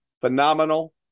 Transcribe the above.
phenomenal